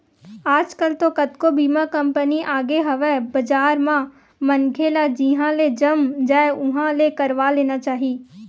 आजकल तो कतको बीमा कंपनी आगे हवय बजार म मनखे ल जिहाँ ले जम जाय उहाँ ले करवा लेना चाही